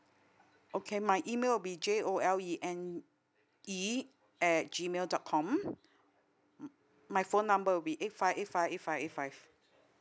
okay my email will be J O L E N E at G mail dot com my phone number will be eight five eight five eight five eight five